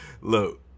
Look